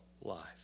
life